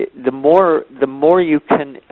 the more the more you can